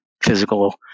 physical